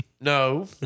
No